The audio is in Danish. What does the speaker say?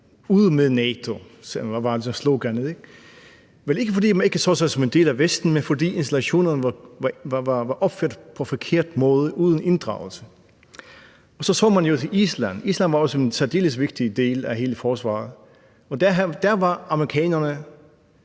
Ud med NATO. Det var ikke, fordi man ikke så sig som en del af Vesten, men fordi installationerne var opført på en forkert måde uden inddragelse. Og så så man mod Island. Island var også en særdeles vigtig del af hele forsvaret, og der var amerikanerne